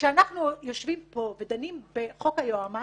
כשאנחנו יושבים פה ודנים בחוק היועמ"שים,